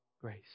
grace